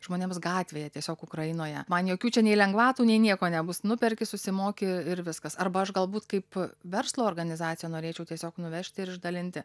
žmonėms gatvėje tiesiog ukrainoje man jokių čia nei lengvatų nei nieko nebus nuperki susimoki ir viskas arba aš galbūt kaip verslo organizacija norėčiau tiesiog nuvežti ir išdalinti